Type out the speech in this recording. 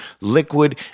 liquid